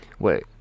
Wait